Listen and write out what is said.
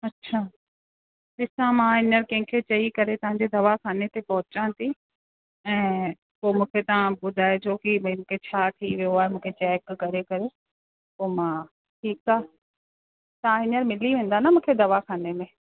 अछा ॾिसां मां अञा कंहिंखे चई करे तव्हां जे दवाख़ाने ते पहुचां थी ऐं पोइ मूंखे तव्हां ॿुधाइजो की भाई मूंखे छा थी वियो आहे मूंखे चैक करे करे पोइ मां ठीकु आहे तव्हां हींअर मिली वेंदा न मूंखे दवाख़ाने में